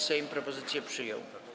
Sejm propozycję przyjął.